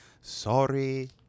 Sorry